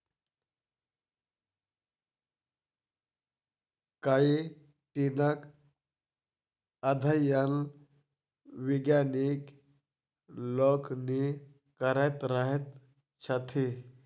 काइटीनक अध्ययन वैज्ञानिक लोकनि करैत रहैत छथि